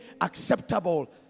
acceptable